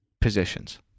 positions